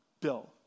bill